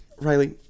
Riley